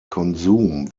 konsum